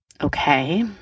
Okay